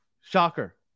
Shocker